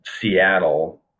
Seattle